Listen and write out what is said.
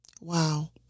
Wow